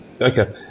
Okay